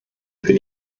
für